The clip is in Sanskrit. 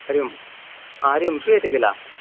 हरि ओम् हरि ओं श्रूयते खिल